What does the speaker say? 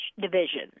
division